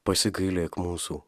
pasigailėk mūsų